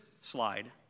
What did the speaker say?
slide